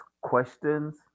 questions